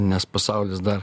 nes pasaulis dar